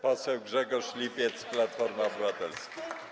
Poseł Grzegorz Lipiec, Platforma Obywatelska.